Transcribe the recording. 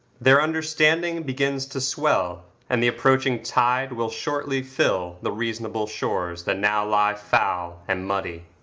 their understanding begins to swell and the approaching tide will shortly fill the reasonable shores that now lie foul and muddy.